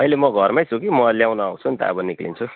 अहिले म घरमै छु कि म ल्याउनु आउँछु नि त अब निस्किन्छु